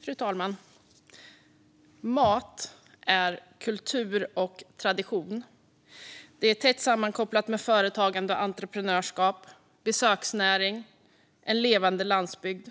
Fru talman! Mat är kultur och tradition. Det är tätt sammankopplat med företagande och entreprenörskap, besöksnäring och en levande landsbygd.